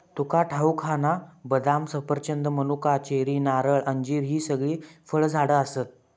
तुका ठाऊक हा ना, बदाम, सफरचंद, मनुका, चेरी, नारळ, अंजीर हि सगळी फळझाडा आसत